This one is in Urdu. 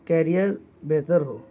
کیریئر بہتر ہو